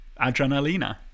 Adrenalina